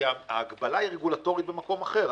ההגבלה היא רגולטורית במקום אחר.